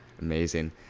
Amazing